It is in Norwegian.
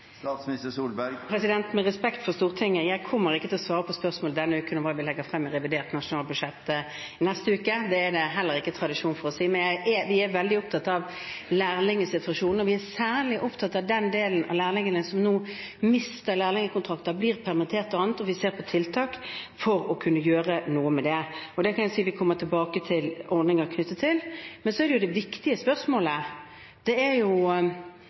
Med respekt for Stortinget: Jeg kommer ikke til å svare på spørsmål denne uken om hva vi legger frem i revidert nasjonalbudsjett i neste uke. Det er det heller ikke tradisjon for. Vi er veldig opptatt av lærlingsituasjonen. Vi er særlig opptatt av de lærlingene som nå mister lærlingkontrakter, som blir permittert, og annet. Vi ser på tiltak for å kunne gjøre noe med det. Jeg kan si at vi kommer tilbake til ordninger knyttet til dette. Det viktige spørsmålet er jo det å løfte volumet av lærlingplasser generelt. Da er det to viktige grep regjeringen har gjort. Det ene er